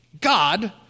God